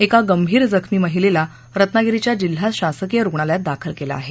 एका गंभीर जखमी महिलेला रत्नागिरीच्या जिल्हा शासकीय रुग्णालयात दाखल केलं आहे